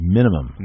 Minimum